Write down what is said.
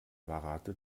verrate